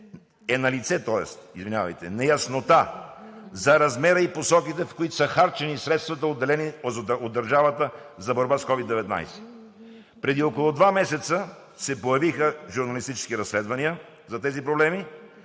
е налице неяснота за размера и посоките, в които са харчени средствата, отделени от държавата, за борба с COVID-19. Преди около два месеца се появиха журналистически разследвания за тези проблеми,